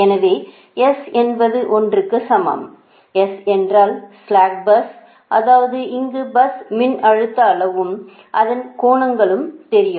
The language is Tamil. எனவே s என்பது 1 க்கு சமம் s என்றால் ஸ்ளாக் பஸ் அதாவது இங்கு பஸ் மின்னழுத்த அளவும் அதன் கோணங்களும் தெரியும்